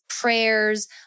prayers